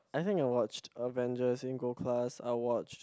I think I watched Avengers in gold class I watched